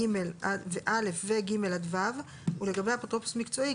(ג) עד (ו) ולגבי אפוטרופוס מקצועי,